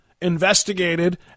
investigated